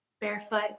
barefoot